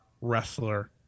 wrestler